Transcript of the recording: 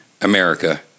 America